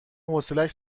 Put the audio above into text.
حوصلش